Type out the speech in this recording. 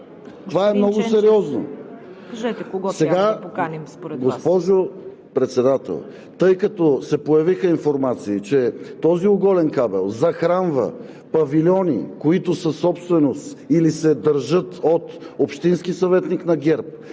Вас? ИВАН ЧЕНЧЕВ: Госпожо Председател, тъй като се появиха информации, че този оголен кабел захранва павилиони, които са собственост или се държат от общински съветник на ГЕРБ,